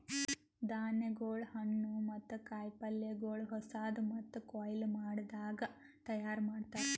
ಧಾನ್ಯಗೊಳ್, ಹಣ್ಣು ಮತ್ತ ಕಾಯಿ ಪಲ್ಯಗೊಳ್ ಹೊಸಾದು ಮತ್ತ ಕೊಯ್ಲು ಮಾಡದಾಗ್ ತೈಯಾರ್ ಮಾಡ್ತಾರ್